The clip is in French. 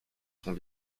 sont